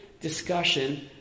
discussion